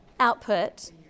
output